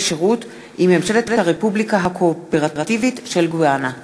שירות עם ממשלת הרפובליקה הקואופרטיבית של גויאנה.